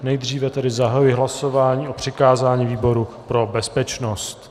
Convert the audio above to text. Nejdříve tedy zahajuji hlasování o přikázání výboru pro bezpečnost.